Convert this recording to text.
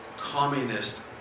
communist